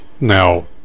Now